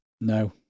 No